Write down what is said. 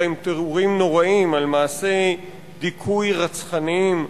הם תיאורים נוראים על מעשי דיכוי רצחניים,